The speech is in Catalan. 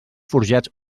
forjats